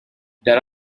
there